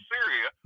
Syria